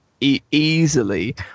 easily